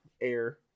air